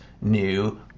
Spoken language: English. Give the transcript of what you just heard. new